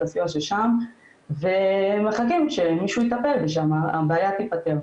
הסיוע של שע"ם ומחכים שמישהו יטפל ושהבעיה תיפתר.